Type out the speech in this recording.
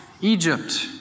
Egypt